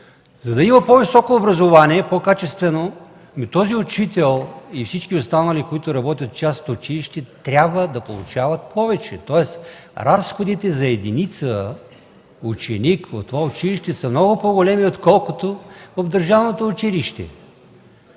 За да има по-високо образование, по-качествено този учител и всички останали, които работят в частното училище, трябва да получават повече, тоест разходите за единица ученик от това училище са много по-големи, отколкото в държавното училище.